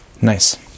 Nice